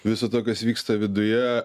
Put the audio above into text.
viso to kas vyksta viduje